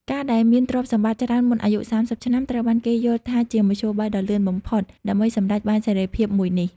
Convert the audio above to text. ការដែលមានទ្រព្យសម្បត្តិច្រើនមុនអាយុ ៣០ ឆ្នាំ ត្រូវបានគេយល់ថាជាមធ្យោបាយដ៏លឿនបំផុតដើម្បីសម្រេចបានសេរីភាពមួយនេះ។